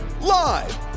Live